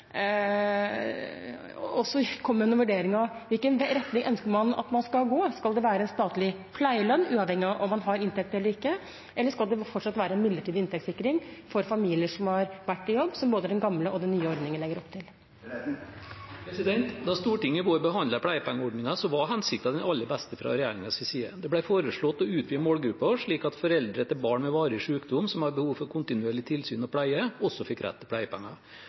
man ønsker å gå: Skal det være en statlig pleielønn, uavhengig av om man har inntekt eller ikke, eller skal det fortsatt være en midlertidig inntektssikring for familier som har vært i jobb, som både den gamle og den nye ordningen legger opp til? Da Stortinget i vår behandlet pleiepengeordningen, var hensikten den aller beste fra regjeringens side. Det ble foreslått å utvide målgruppen, slik at foreldre til barn med varig sykdom som har behov for kontinuerlig tilsyn og pleie, også fikk rett til pleiepenger.